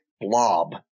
blob